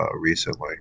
recently